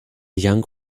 young